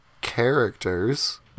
characters